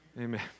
Amen